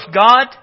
God